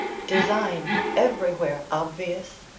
design everywhere obvious,